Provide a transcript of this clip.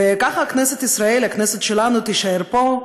וככה כנסת ישראל, הכנסת שלנו, תישאר פה,